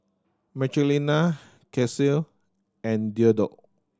Michelina Kelsey and Theodore